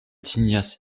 tignasses